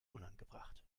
unangebracht